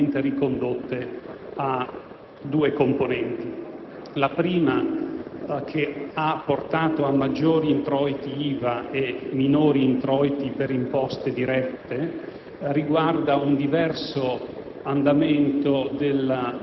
Queste maggiori entrate possono essere fondamentalmente ricondotte a due componenti. La prima, che ha portato a maggiori introiti IVA e a minori introiti per imposte dirette,